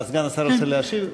סגן השר ירצה להשיב?